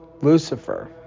Lucifer